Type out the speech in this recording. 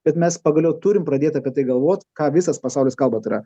bet mes pagaliau turim pradėt apie tai galvot ką visas pasaulis kalba tai yra